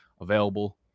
available